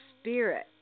spirit